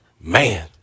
Man